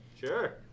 Sure